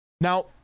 Now